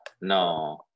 no